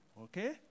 Okay